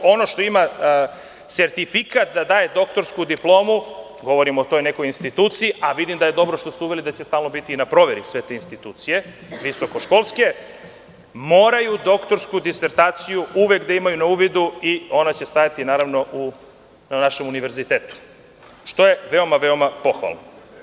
Ono što ima sertifikat da daje doktorsku diplomu, govorim o toj nekoj instituciji, a vidim da je dobro što ste uveli da će stalno biti na proveri, sve te institucije, visokoškolske, moraju doktorsku disertaciju uvek da imaju na uvidu i ona će stajati, naravno, na našem univerzitetu, što je veoma, veoma pohvalno.